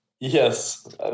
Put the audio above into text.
yes